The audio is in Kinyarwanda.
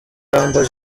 humble